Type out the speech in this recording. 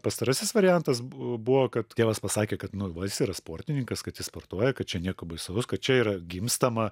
pastarasis variantas bu buvo kad tėvas pasakė kad nu va jis yra sportininkas kad jis sportuoja kad čia nieko baisaus kad čia yra gimstama